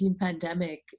pandemic